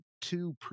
two